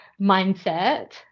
mindset